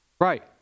Right